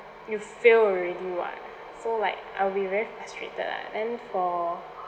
you fail already [what] so like I'll be very frustrated lah then for